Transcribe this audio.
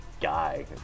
guy